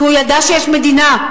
כי הוא ידע שיש מדינה.